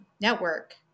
network